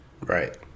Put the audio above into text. Right